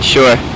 Sure